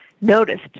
noticed